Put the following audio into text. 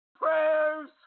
prayers